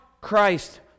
Christ